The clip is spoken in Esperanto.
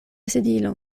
sedilo